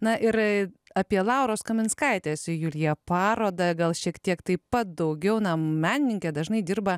na ir apie lauros kaminskaitės julija parodą gal šiek tiek taip pat daugiau na menininkė dažnai dirba